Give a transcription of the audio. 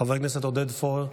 חבר הכנסת עודד פורר,